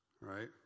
right